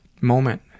moment